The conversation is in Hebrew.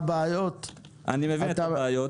אני מבין את הבעיות.